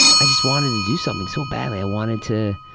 i just wanted to do something so badly, i wanted to.